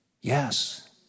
Yes